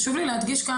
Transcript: חשוב לי להדגיש כאן,